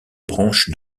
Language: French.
branche